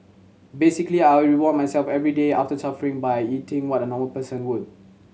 basically I reward myself every day after suffering by eating what a normal person would